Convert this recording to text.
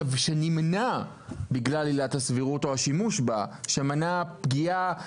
ושנמנע בגלל עילת הסבירות או השימוש בה שמנע פגיעה,